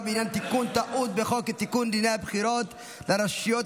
בעניין תיקון טעות בחוק לתיקון דיני הבחירות לרשויות